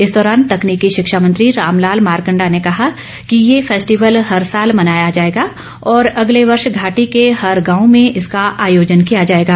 इस दौरान तकनीकी पी िक्षा मंत्री रामलाल मारकंडा ने कहा कि ये फेस्टिवल हर साल मनाया जाएगा और अगले वर्श घाटी के हर गांव में इसका आयोजन किया जाएगा